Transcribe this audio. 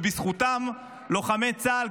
ובזכותם לוחמי צה"ל,